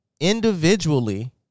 Individually